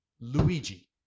luigi